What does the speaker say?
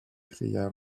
cria